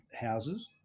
houses